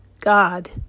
God